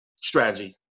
strategy